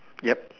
yup